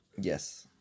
yes